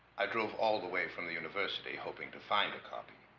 i drove all the way from the university hoping to find a copy